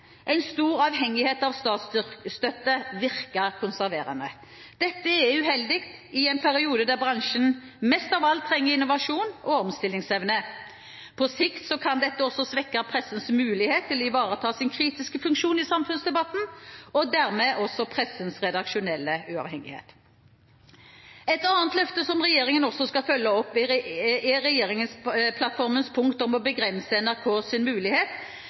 en stor avhengighet av statsstøtte virke konserverende. Dette er uheldig i en periode der bransjen mest av alt trenger innovasjon og omstillingsevne. På sikt kan dette også svekke pressens mulighet til å ivareta sin kritiske funksjon i samfunnsdebatten og dermed også pressens redaksjonelle uavhengighet. Et annet løfte som regjeringen også skal følge opp, er regjeringsplattformens punkt om å begrense NRKs mulighet til å bruke sin